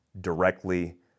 directly